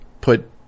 put